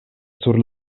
sur